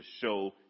show